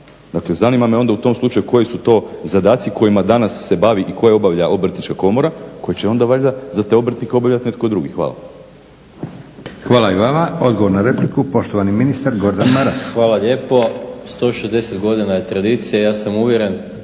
Dakle, zanima me onda u tom slučaju koji su to zadaci kojima danas se bavi i koje obavlja Obrtnička komora koje će onda valjda za te obrtnike obavljati netko drugi? Hvala. **Leko, Josip (SDP)** Hvala i vama. Odgovor na repliku, poštovani ministar Gordan Maras. **Maras, Gordan (SDP)** Hvala lijepo. 160 godina je tradicija, ja sam uvjeren